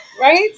right